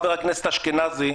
חבר הכנסת אשכנזי,